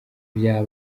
bya